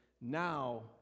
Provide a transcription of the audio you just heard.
Now